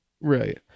right